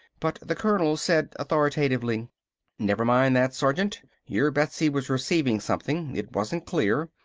but the colonel said authoritatively never mind that, sergeant. your betsy was receiving something. it wasn't clear.